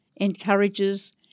encourages